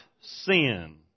sin